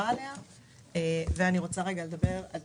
לדבר עכשיו על